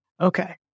Okay